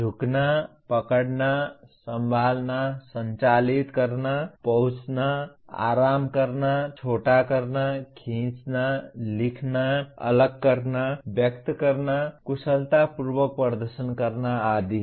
झुकना पकड़ना संभालना संचालित करना पहुंचना आराम करना छोटा करना खींचना लिखना अलग करना व्यक्त करना कुशलतापूर्वक प्रदर्शन करना आदि